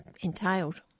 entailed